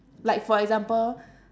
like for example